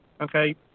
Okay